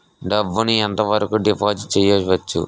డబ్బు ను ఎంత వరకు డిపాజిట్ చేయవచ్చు?